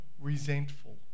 resentful